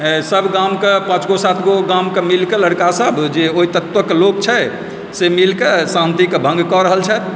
सभ गामके पाँचगो सातगो गामके मिलिके लड़िका सभ जे ओहि तत्वके लोक छै से मिलि कऽ शान्तिके भङ्ग कऽ रहल छथि